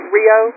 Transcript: Rio